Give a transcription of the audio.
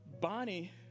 Bonnie